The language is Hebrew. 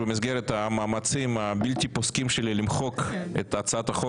במסגרת המאמצים הבלתי פוסקים שלי למחוק את הצעת החוק